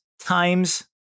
times